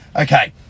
Okay